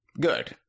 Good